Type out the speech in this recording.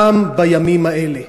גם בימים האלה.